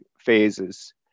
phases